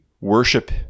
worship